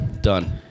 done